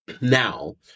now